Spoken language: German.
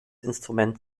instrument